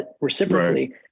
reciprocally